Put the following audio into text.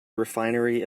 refinery